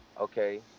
okay